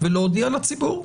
ולהודיע לציבור?